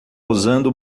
usando